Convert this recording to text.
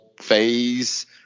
phase